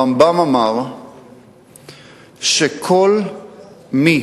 הרמב"ם אמר שכל מי